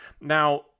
Now